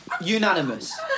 Unanimous